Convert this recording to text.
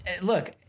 look